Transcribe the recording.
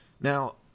now